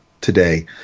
today